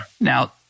Now